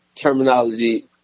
terminology